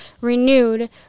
renewed